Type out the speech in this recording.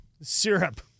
syrup